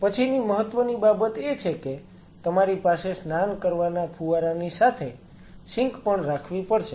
પછીની મહત્વની બાબત એ છે કે તમારી પાસે સ્નાન કરવાના ફુવારાની સાથે સિંક પણ રાખવી પડશે